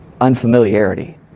unfamiliarity